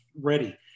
ready